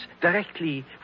directly